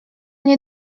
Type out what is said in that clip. nie